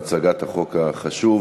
על הצגת החוק החשוב.